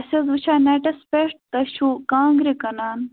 اسہ حظ وٕچھو نیٚٹَس پیٹھ تۄہہِ چھُو کانٛگرِ کٕنان